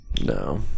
No